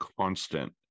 constant